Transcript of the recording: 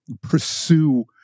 pursue